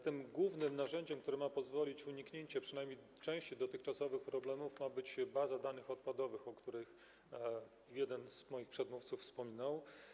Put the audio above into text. Tym głównym narzędziem, które ma pozwolić na uniknięcie przynajmniej części dotychczasowych problemów, ma być baza danych odpadowych, o której jeden z moich przedmówców wspominał.